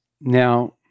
now